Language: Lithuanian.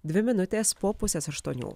dvi minutės po pusės aštuonių